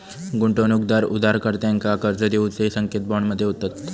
गुंतवणूकदार उधारकर्त्यांका कर्ज देऊचे संकेत बॉन्ड मध्ये होतत